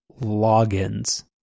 logins